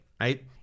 right